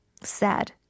sad